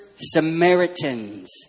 Samaritans